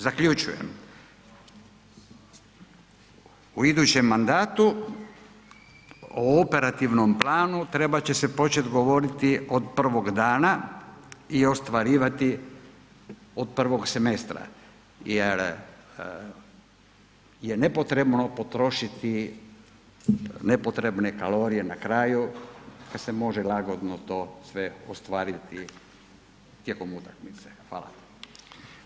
Zaključujem, u idućem mandatu o operativnom planu trebat će se početi govoriti od prvog dana i ostvarivati od prvog semestra jer nepotrebno potrošiti nepotrebne kalorije na kraju kada se može lagodno to sve ostvariti tijekom utakmice.